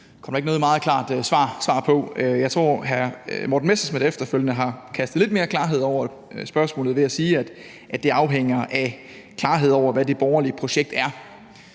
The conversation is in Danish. det kom der ikke noget særlig klart svar på. Jeg tror, at hr. Morten Messerschmidt efterfølgende har kastet lidt mere lys over spørgsmålet ved at sige, at det afhænger af, om der bliver klarhed om, hvad det borgerlige projekt er.